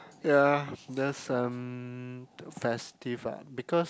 ya that's um festive lah because